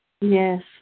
Yes